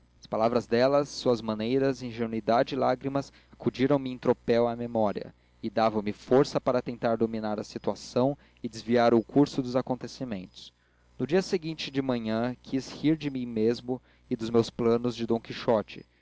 as palavras dela suas maneiras ingenuidade e lágrimas acudiram me em tropel à memória e davam me força para tentar dominar a situação e desviar o curso dos acontecimentos no dia seguinte de manhã quis rir de mim mesmo e dos meus planos de d quixote